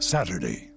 Saturday